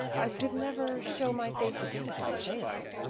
i could never show my face again if i failed.